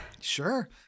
Sure